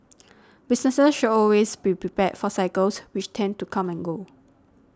businesses should always be prepared for cycles which tend to come and go